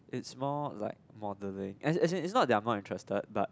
it's more like more modelling as is it's not that I'm not interested but